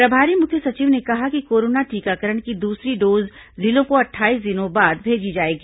प्रभारी मुख्य सचिव ने कहा कि कोरोना टीकाकरण की दूसरी डोज जिलों को अट्ठाईस दिनों बाद भेजी जाएगी